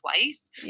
twice